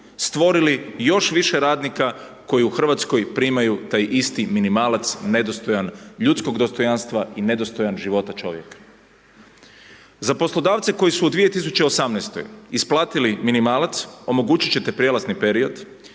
stvorili još više radnika koji u Hrvatskoj primaju taj isti minimalac nedostojan ljudskog dostojanstva i nedostojan života čovjeka. Za poslodavce koji su u 2018. isplatiti minimalac omogućit ćete prijelazni period